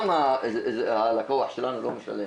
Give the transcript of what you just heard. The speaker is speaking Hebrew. גם הלקוח שלנו לא משלם,